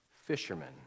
fishermen